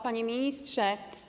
Panie Ministrze!